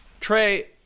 Trey